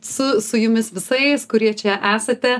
su su jumis visais kurie čia esate